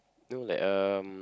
no like um